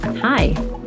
Hi